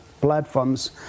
platforms